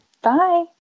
Bye